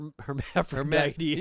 hermaphrodite